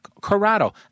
Corrado